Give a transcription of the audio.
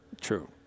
True